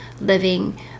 living